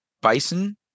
Bison